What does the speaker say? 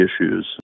issues